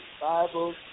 bible